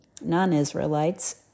non-Israelites